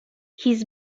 his